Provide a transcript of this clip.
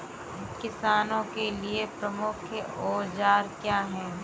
किसानों के लिए प्रमुख औजार क्या हैं?